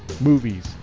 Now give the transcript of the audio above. movies